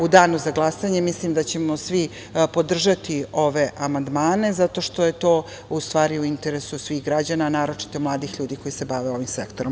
U danu za glasanje mislim da ćemo svi podržati ove amandmane zato što je to, u stvari, u interesu svih građana, a naročito mladih ljudi koji se bave ovim sektorom.